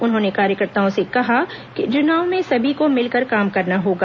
उन्होंने कार्यकर्ताओं से कहा कि चुनाव में सभी को मिलकर काम करना होगा